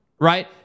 right